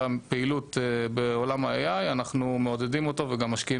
פעילות בעולם ה- AI. אנחנו מעודדים אותו וגם משקיעים